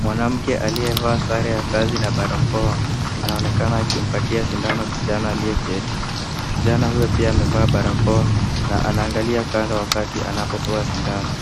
Mwanamke aliyevaa sare ya kazi na barakoa, anaonekana akimpatia sindano kijana aliyeketi. Kijana huyu pia amevaa barakoa na anaangalia kando wakati anapopewa sindano.